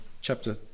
chapter